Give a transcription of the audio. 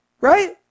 Right